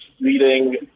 leading